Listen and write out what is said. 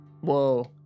Whoa